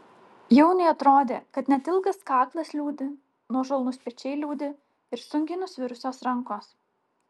jauniui atrodė kad net ilgas kaklas liūdi nuožulnūs pečiai liūdi ir sunkiai nusvirusios rankos